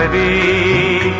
a